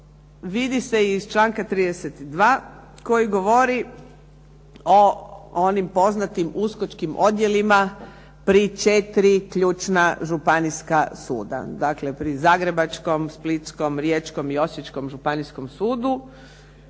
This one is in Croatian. vidi se iz članka 32. koji govori o onim poznatim uskočkim odjelima pri četiri ključna županijska suda, dakle pri zagrebačkom, splitskom, riječkom i osječkom županijskom sudu